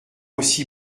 aussi